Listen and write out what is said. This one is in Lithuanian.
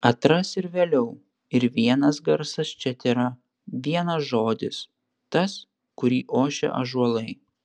atras ir vėliau ir vienas garsas čia tėra vienas žodis tas kurį ošia ąžuolai